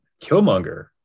Killmonger